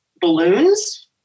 balloons